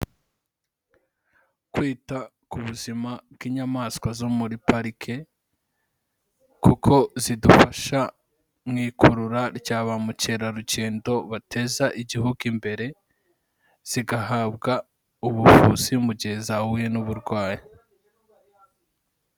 Kwita ku buzima bw'inyamaswa zo muri parike kuko zidufasha mu ikurura rya ba mukerarugendo bateza igihugu imbere, zigahabwa ubuvuzi mu gihe zahuye n'uburwayi.